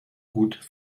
gut